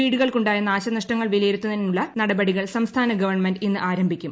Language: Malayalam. വീടുകൾക്കുണ്ടായ നാശനഷ്ടങ്ങൾ വിലയിരുത്താനുള്ള നടപടികൾ സംസ്ഥാന ഗവൺമെന്റ് ഇന്ന് ആരംഭിക്കും